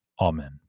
Amen